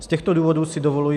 Z těchto důvodů si dovoluji